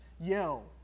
yell